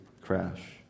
crash